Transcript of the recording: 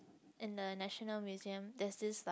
in the National Museum there's this like